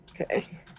okay